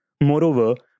Moreover